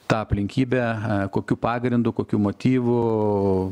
tą aplinkybę kokiu pagrindu kokiu motyvu